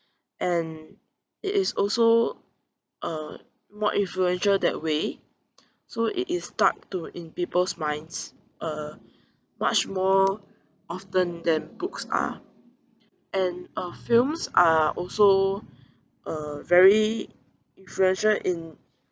and it is also uh more influential that way so it is start to in people's minds uh much more often than books are and uh films are also uh very treasured in